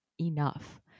Enough